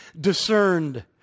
discerned